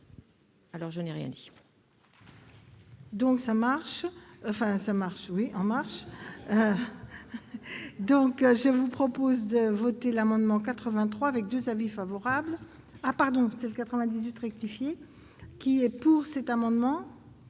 Alors je n'ai rien dit